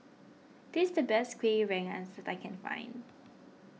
this the best Kueh Rengas that I can find